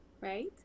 right